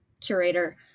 curator